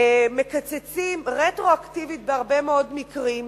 מקצצים רטרואקטיבית בהרבה מאוד מקרים,